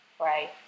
Right